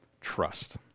Trust